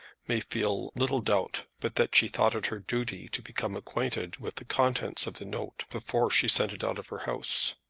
may feel little doubt but that she thought it her duty to become acquainted with the contents of the note before she sent it out of her house,